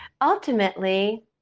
ultimately